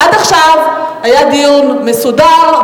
עד עכשיו היה דיון מסודר,